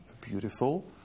beautiful